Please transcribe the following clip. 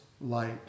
light